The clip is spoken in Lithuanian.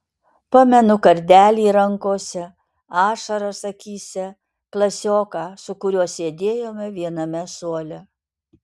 pamenu kardelį rankose ašaras akyse klasioką su kuriuo sėdėjome viename suole